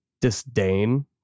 disdain